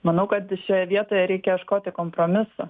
manau kad šioje vietoje reikia ieškoti kompromisų